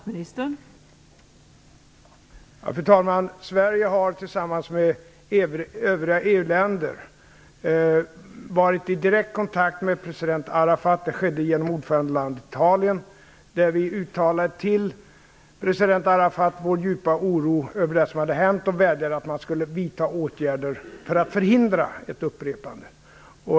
Fru talman! Sverige har tillsammans med övriga EU-länder varit i direkt kontakt med president Arafat. Det skedde genom ordförandelandet Italien. Vi uttalade till president Arafat vår djupa oro över det som hänt och vädjade om att man skulle vidta åtgärder för att förhindra ett upprepande.